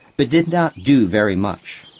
but did not do very much.